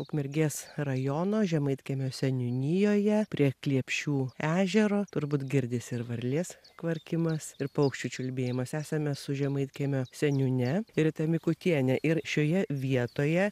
ukmergės rajono žemaitkiemio seniūnijoje prie kliepšių ežero turbūt girdisi ir varlės kvarkimas ir paukščių čiulbėjimas esame su žemaitkiemio seniūne rita mikutiene ir šioje vietoje